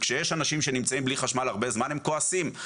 וכשיש אנשים שנמצאים בלי חשמל הרבה זמן הם כועסים.